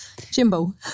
Jimbo